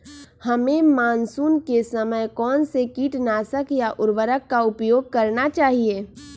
हमें मानसून के समय कौन से किटनाशक या उर्वरक का उपयोग करना चाहिए?